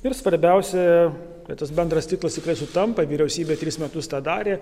ir svarbiausia kad tas bendras tikslas sutampa vyriausybė tris metus tą darė